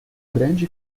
grande